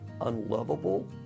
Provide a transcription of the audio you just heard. unlovable